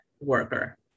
worker